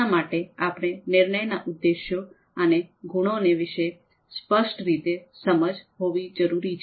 આના માટે આપણે નિર્ણયના ઉદ્દેશો અને ગુણોને વિશે સ્પષ્ટ રીતે સમજ હોવી જરૂરી છે